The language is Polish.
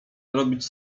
robić